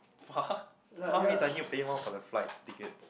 far far means I need to pay more for the flight tickets